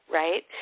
right